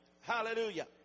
hallelujah